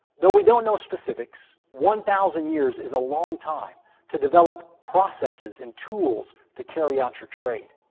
though we don't know specifics, one thousand years is a long time to develop processes and tools to carry out your trade.